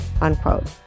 unquote